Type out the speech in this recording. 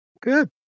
Good